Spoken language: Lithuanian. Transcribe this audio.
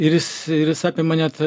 ir jis ir jis apima net